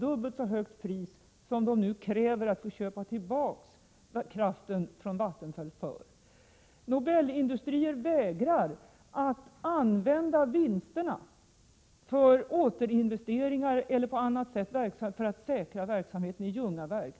1987/88:124 dubbelt så högt pris som det som företaget nu är villigt att betala för att köpa 20 maj 1988 tillbaka kraften från Vattenfall. Nobelindustrier vägrar att använda vinsterna för återinvesteringar eller för att på annat sätt säkra verksamheten i Ljungaverk.